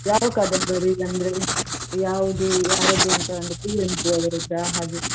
ಯಾವ ಕಾದಂಬರಿ ಅಂದರೆ ಯಾವುದು ಯಾರದ್ದು ಅಂತ ಒಂದು ಹಾಗೆ